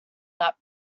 that